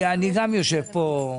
אני גם יושב פה.